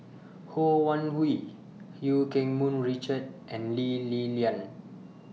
Ho Wan Hui EU Keng Mun Richard and Lee Li Lian